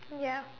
yeap